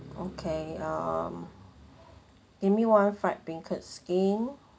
okay um give me one fried beancurd skin